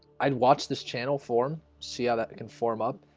i'd watch this channel form see how that it can form up